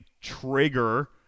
trigger